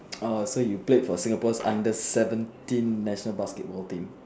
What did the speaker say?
orh so you played for Singapore's under seventeen national basketball team